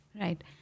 Right